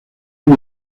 dio